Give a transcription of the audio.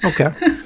Okay